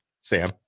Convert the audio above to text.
Sam